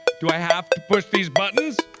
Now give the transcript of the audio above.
do i have to push these buttons?